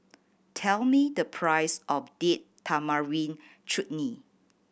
tell me the price of Date Tamarind Chutney